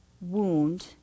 wound